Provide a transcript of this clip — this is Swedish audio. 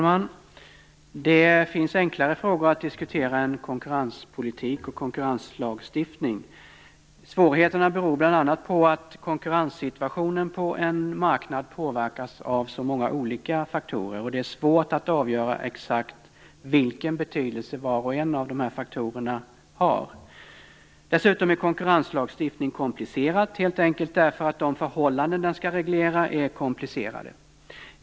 Fru talman! Det finns enklare frågor att diskutera än konkurrenspolitik och konkurrenslagstiftning. Svårigheterna beror bl.a. på att konkurrenssituationen på en marknad påverkas av så många olika faktorer. Det är svårt att avgöra exakt vilken betydelse var och en av dessa faktorer har. Dessutom är konkurrenslagstiftning komplicerat, helt enkelt därför att de förhållanden den skall reglera är komplicerade.